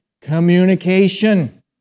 communication